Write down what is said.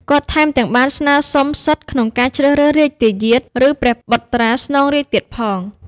គាត់ថែមទាំងបានស្នើសុំសិទ្ធិក្នុងការជ្រើសរើសរជ្ជទាយាទ ឬព្រះបុត្រាស្នងរាជ្យទៀតផង។